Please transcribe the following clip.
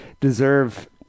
deserve